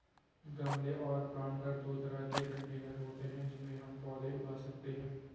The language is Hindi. गमले और प्लांटर दो तरह के कंटेनर होते है जिनमें हम पौधे उगा सकते है